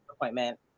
appointment